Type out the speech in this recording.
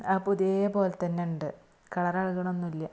പുതിയ പോലെ തന്നെ ഉണ്ട് കളർ ഇളകുന്നൊന്നുമില്ല